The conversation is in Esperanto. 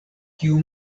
kiu